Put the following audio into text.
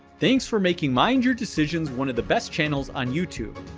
thanks for making mind your decisions one of the best channels on youtube!